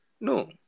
No